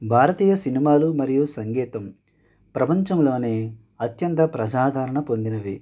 భారతీయ సినిమాలు మరియు సంగీతం ప్రపంచంలోనే అత్యంత ప్రజాదారణ పొందినవి